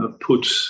put